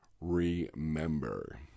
remember